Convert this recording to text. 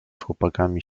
chłopakami